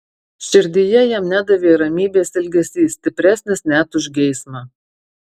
širdyje jam nedavė ramybės ilgesys stipresnis net už geismą